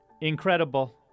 incredible